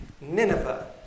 Nineveh